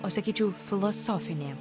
o sakyčiau filosofinė